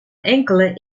enkele